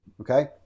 okay